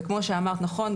כמו שאמרת נכון,